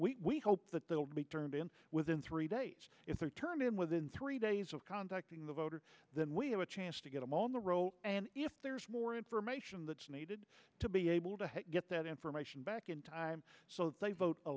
on we hope that they will be turned in within three days if they're turned in within three days of contacting the voter then we have a chance to get them on the roll and if there's more information that's needed to be able to get that information back in time so they vote a